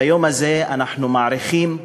ביום הזה אנחנו מעריכים,